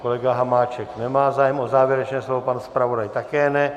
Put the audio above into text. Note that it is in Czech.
Pan kolega Hamáček nemá zájem o závěrečné slovo, pan zpravodaj také ne.